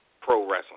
pro-wrestling